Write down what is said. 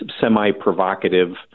semi-provocative